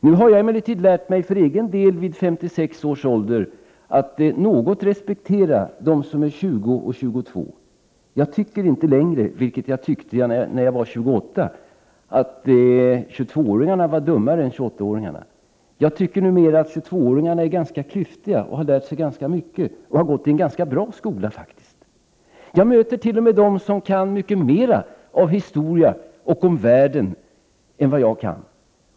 Nu har jag emellertid för egen del vid 56 års ålder lärt mig att något respektera dem som är 20 eller 22 år. Jag tycker inte längre, vilket jag tyckte när jag var 28, att 22-åringarna är dummare än 28-åringarna. Numera tycker jag att 22 åringarna är ganska klyftiga och har lärt sig ganska mycket och har gått i en ganska bra skola. Jag möter t.o.m. de som kan mycket mer av historia och om världen än vad jag kan.